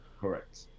Correct